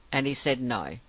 and he said no,